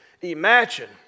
Imagine